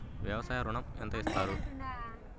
వ్యవసాయ ఋణం ఎంత ఇస్తారు?